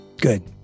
Good